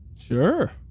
Sure